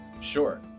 sure